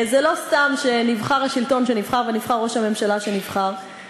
זה לא סתם שנבחר השלטון שנבחר ונבחר ראש הממשלה שנבחר,